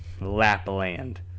Lapland